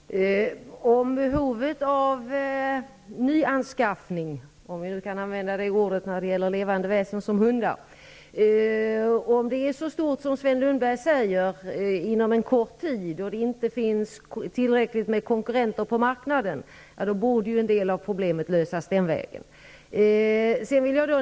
Herr talman! Om behovet av nyanskaffning -- om vi nu kan använda det ordet när det gäller levande väsen som hundar -- inom en kort tid blir så stort som Sven Lundberg säger och om det inte finns tillräckligt med konkurrenter på marknaden borde en del av problemet lösas den vägen.